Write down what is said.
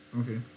Okay